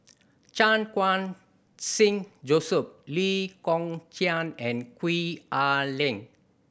Chan Khun Sing Joseph Lee Kong Chian and Gwee Ah Leng